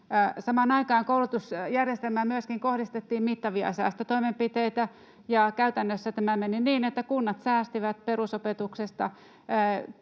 periaate, koulutusjärjestelmään myöskin kohdistettiin mittavia säästötoimenpiteitä, ja käytännössä tämä meni niin, että kunnat säästivät perusopetuksesta.